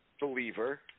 believer